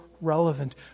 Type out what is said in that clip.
relevant